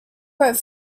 wrote